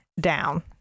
down